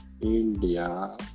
India